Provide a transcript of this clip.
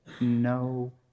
no